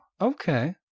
Okay